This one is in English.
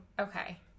okay